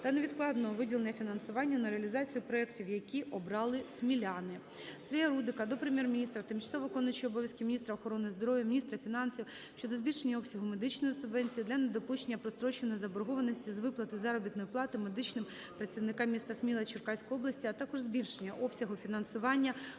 та невідкладного виділення фінансування на реалізацію проектів, які обрали сміляни. Сергія Рудика до Прем'єр-міністра, тимчасово виконуючої обов'язки міністра охорони здоров'я, міністра фінансів щодо збільшення обсягу медичної субвенції для недопущення простроченої заборгованості з виплати заробітної плати медичним працівникам міста Сміла Черкаської області, а також збільшення обсягу фінансування